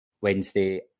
Wednesday